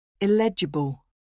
Illegible